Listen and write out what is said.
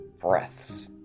breaths